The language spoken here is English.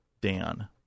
Dan